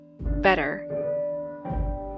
better